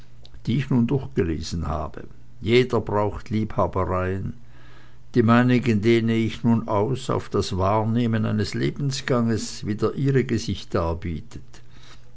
die ich nun durchgelesen habe jeder braucht liebhabereien die meinigen dehne ich nun aus auf das wahrnehmen eines lebensganges wie der ihrige sich darbietet